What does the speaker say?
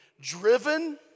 driven